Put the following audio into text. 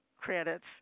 credits